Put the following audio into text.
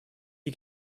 you